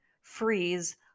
freeze